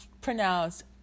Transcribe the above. pronounced